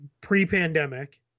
pre-pandemic